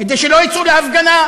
כדי שלא יצאו להפגנה.